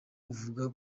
uvuga